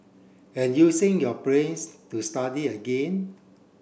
and using your brains to study again